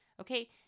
Okay